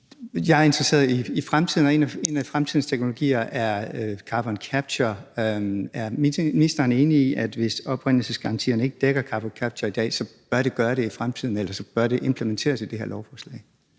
Jeg er interesseret i fremtiden, og en af fremtidens teknologier er carbon capture. Er ministeren enig i, at hvis oprindelsesgarantierne ikke dækker carbon capture i dag, så bør det gøre det i fremtiden – så bør det implementeres i det her lovforslag?